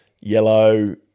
yellow